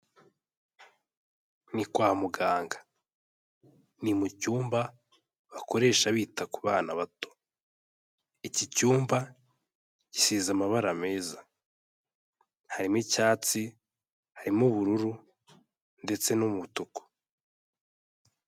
Ni kwa muganga. Ni mu cyumba, bakoresha bita ku bana bato. Iki cyumba, gisize amabara meza. Harimo icyatsi, harimo ubururu ndetse n'umutuku.